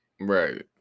Right